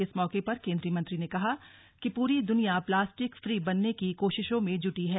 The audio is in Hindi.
इस मौके पर केंद्रीय मंत्री ने कहा कि पूरी दुनिया प्लास्टिक फ्री बनने की कोशिशों में जुटी है